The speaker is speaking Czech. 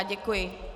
Děkuji.